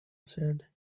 said